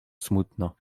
smutno